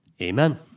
Amen